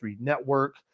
network